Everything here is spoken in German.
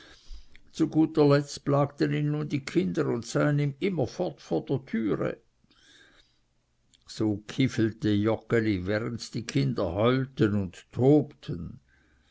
zu guter letzt plagten ihn nun die kinder und seien ihm immerfort vor der türe so kifelte joggeli während die kinder heulten und tobten